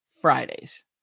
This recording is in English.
Fridays